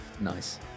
Nice